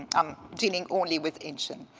um dealing only with ancient.